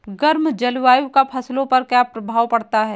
गर्म जलवायु का फसलों पर क्या प्रभाव पड़ता है?